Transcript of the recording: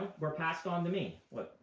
were passed on to me. look,